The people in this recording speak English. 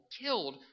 killed